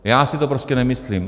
Já si to prostě nemyslím.